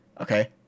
Okay